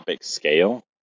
scale